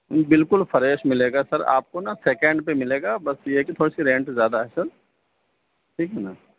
بالکل فریش ملے گا سر آپ کو نا سیکینڈ پہ ملے گا بس یہ ہے کہ تھوڑا سا رینٹ زیادہ ہے سر ٹھیک ہے نا